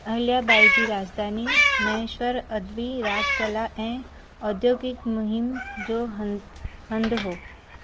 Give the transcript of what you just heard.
अहिल्या बाई जी राजधानी महेश्वर अदबी राॻु कला ऐं औद्योगिक मुहिम जो हंधु हंधु हुओ